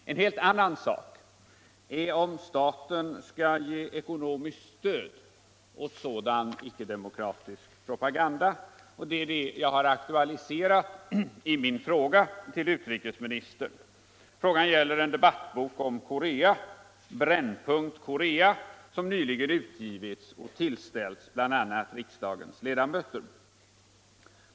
En helt annan sak är om staten skall ge ekonomiskt stöd åt ickedemokratisk propaganda, och det är det som jag har aktualiserat i-min fråga till utrikesministern. Frågan gäller en debattbok om Korea, Brännpunkt Korea, som nyligen utgivits och tillställts bl.a. riksdagens ledamöter.